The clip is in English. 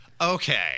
Okay